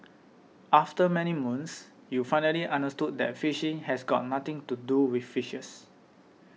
after many moons you finally understood that phishing has got nothing to do with fishes